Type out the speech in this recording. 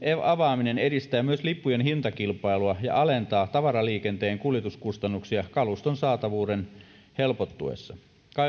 avaaminen edistää myös lippujen hintakilpailua ja alentaa tavaraliikenteen kuljetuskustannuksia kaluston saatavuuden helpottuessa